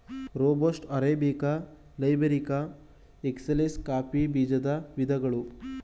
robusta, arabica, liberica, excelsa coffee ಬೀಜದ ವಿಧಗಳು